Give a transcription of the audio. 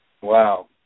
Wow